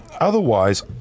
otherwise